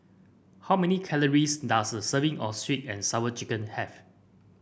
how many calories does a serving of sweet and Sour Chicken have